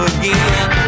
again